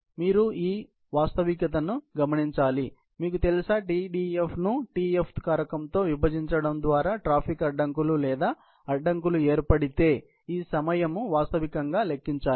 కాబట్టి మీరు ఈ వాస్తవికతను విభజించాలి మీకు తెలుసా Tdf ను Tf కారకంతో విభజించడం ద్వారా ట్రాఫిక్ అడ్డంకులు లేదా అడ్డంకులు ఏర్పడితే ఈ సమయం వాస్తవంగా లెక్కించాలి